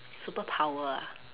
superpower ah